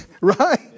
right